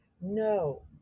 no